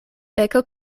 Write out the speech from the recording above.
peko